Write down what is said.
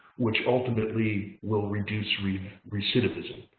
which ultimately will reduce reduce recidivism.